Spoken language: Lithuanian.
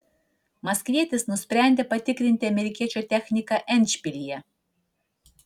maskvietis nusprendė patikrinti amerikiečio techniką endšpilyje